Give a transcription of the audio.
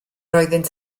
oeddynt